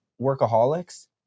Workaholics